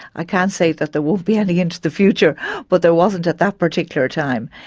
i can't say that there won't be any into the future but there wasn't at that particular time.